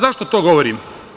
Zašto to govorim?